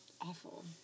awful